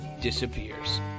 disappears